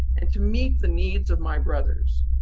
and to meet the needs of my brothers.